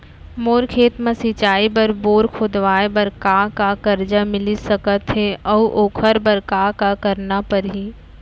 मोर खेत म सिंचाई बर बोर खोदवाये बर का का करजा मिलिस सकत हे अऊ ओखर बर का का करना परही?